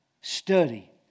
Study